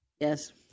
Yes